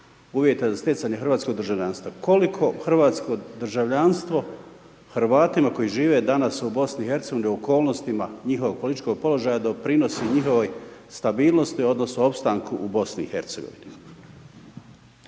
uvjeta za stjecanje hrvatskog državljanstva. Koliko hrvatsko državljanstvo, Hrvatima koji žive danas u BIH u okolnostima njihovog političkog položaja doprinosi njihovoj stabilnosti, odnosno, opstanku u BIH.